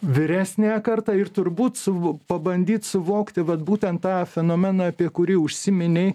vyresniąją kartą ir turbūt su pabandyt suvokti vat būtent tą fenomeną apie kurį užsiminei